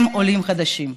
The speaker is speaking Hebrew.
הם עולים חדשים.